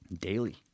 daily